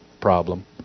problem